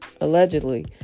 Allegedly